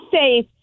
safe